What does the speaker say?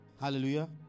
Hallelujah